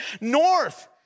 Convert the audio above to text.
north